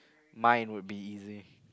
mine would be easy